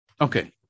Okay